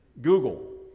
Google